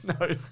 No